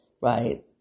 right